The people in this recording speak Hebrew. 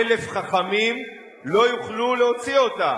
אלף חכמים לא יוכלו להוציא אותה.